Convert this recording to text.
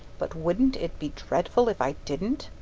but wouldn't it be dreadful if i didn't?